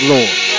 Lord